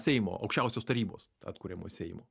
seimo aukščiausios tarybos atkuriamojo seimo